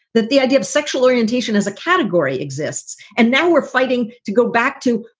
that the idea of sexual orientation as a category exists. and now we're fighting to go back to,